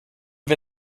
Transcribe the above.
wir